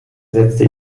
setzte